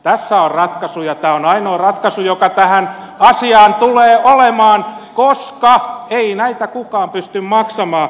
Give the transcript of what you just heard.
tässä on ratkaisu ja tämä on ainoa ratkaisu joka tähän asiaan tulee olemaan koska ei näitä kukaan pysty maksamaan